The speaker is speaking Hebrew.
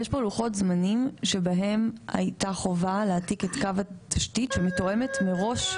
יש פה לוחות זמנים שבהם הייתה חובה להעתיק את קו התשתית שמתואמת מראש.